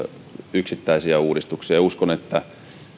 yksittäisiä uudistuksia ja uskon että